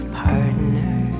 partner